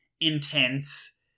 intense